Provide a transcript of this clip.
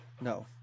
No